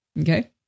Okay